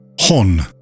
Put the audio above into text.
Hon